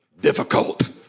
difficult